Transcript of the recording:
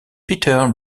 peter